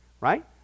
Right